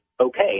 okay